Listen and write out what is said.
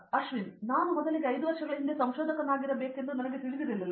ಅಶ್ವಿನ್ ನಾನು ಮೊದಲಿಗೆ ಐದು ವರ್ಷಗಳ ಹಿಂದೆ ಸಂಶೋಧಕನಾಗಿರಬೇಕೆಂದು ನನಗೆ ತಿಳಿದಿರಲಿಲ್ಲ